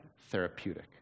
therapeutic